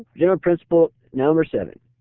general principle number seven.